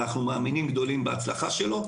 ואנחנו מאמינים גדולים בהצלחה שלו,